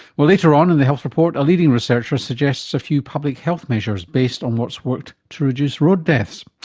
well, later on in the health report, a leading researcher suggests a few public health measures based on what's worked to reduce road deaths.